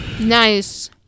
nice